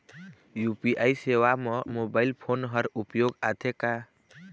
UPI सेवा म mobile phone हर उपयोग आथे का?